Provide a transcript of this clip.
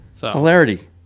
Hilarity